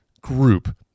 group